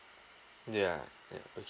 yeah yeah o~